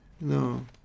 No